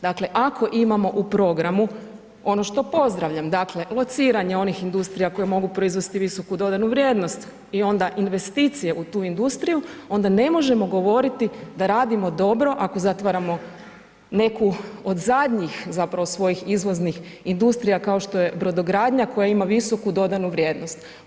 Dakle, ako imamo u programu, ono što pozdravljam, dakle lociranje onih industrija koje mogu proizvesti visoku dodanu vrijednost i onda investicije u tu industriju onda ne možemo govoriti da radimo dobro ako zatvaramo neku od zadnjih zapravo svojih izvoznih industrija kao što je brodogradnja koja ima visoku dodanu vrijednost.